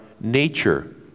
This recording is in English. nature